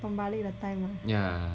tombalik the time ah